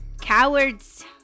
cowards